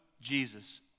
Jesus